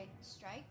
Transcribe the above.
strike